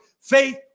Faith